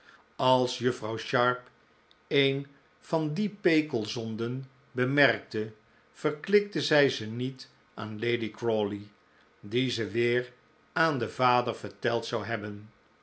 als juffrouw sharp een van die pekelzonden bemerkte vcrklikte zij ze niet aan lady crawley die ze weer aan den vader verteld zou hebben